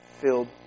filled